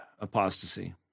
apostasy